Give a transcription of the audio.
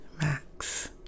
max